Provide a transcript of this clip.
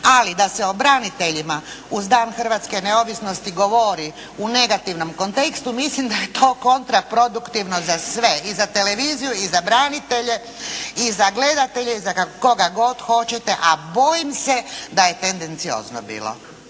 ali da se o braniteljima uz Dan hrvatske neovisnosti govori u negativnom kontekstu mislim da je to kontraproduktivno za sve, i za televiziju i za branitelje, i za gledatelje, koga god hoćete a bojim se da je tendenciozno bilo.